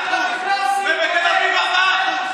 25% ובתל אביב 4%,